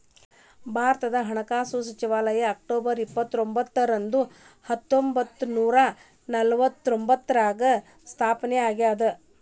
ಭಾರತದ ಹಣಕಾಸು ಸಚಿವಾಲಯ ಅಕ್ಟೊಬರ್ ಇಪ್ಪತ್ತರೊಂಬತ್ತು ಹತ್ತೊಂಬತ್ತ ನೂರ ನಲವತ್ತಾರ್ರಾಗ ಸ್ಥಾಪನೆ ಆಗ್ಯಾದ